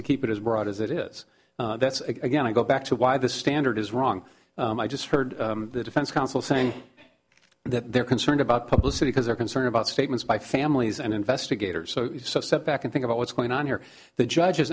to keep it as broad as it is that's again i go back to why the standard is wrong i just heard the defense counsel saying that they're concerned about publicity because they're concerned about statements by families and investigators so step back and think about what's going on here the judge